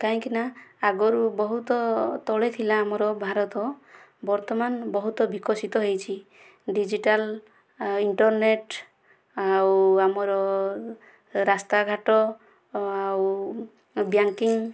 କାହିଁକି ନା ଆଗରୁ ବହୁତ ତଳେ ଥିଲା ଆମର ଭାରତ ବର୍ତମାନ ବହୁତ ବିକଶିତ ହୋଇଛି ଡିଜିଟାଲ ଇଣ୍ଟର୍ନେଟ ଆଉ ଆମର ରାସ୍ତା ଘାଟ ଆଉ ବ୍ୟାଙ୍କିଙ୍ଗ୍